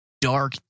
dark